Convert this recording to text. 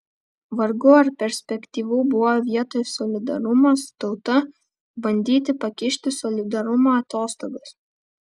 vargu ar perspektyvu buvo vietoj solidarumo su tauta bandyti pakišti solidarumo atostogas